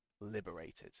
liberated